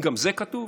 האם גם זה כתוב?